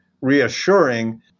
reassuring